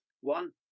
One